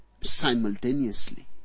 simultaneously